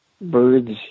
birds